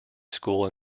school